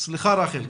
סליחה, רחל.